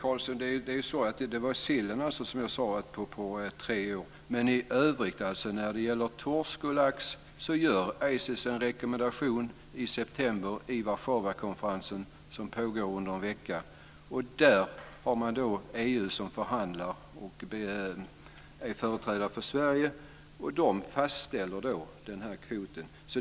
Fru talman! Det var sillen jag talade om, Kjell Erik Karlsson, när jag sade tre år. Men i övrigt, när det gäller torsk och lax, gör ICES en rekommendation vid Warszawakonferensen, som pågår under en vecka i september. Där förhandlar EU och är företrädare för Sverige. Då fastställer man den här kvoten.